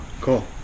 cool